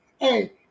hey